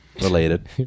related